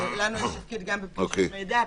אבל לנו יש תפקיד גם בבקשות מידע,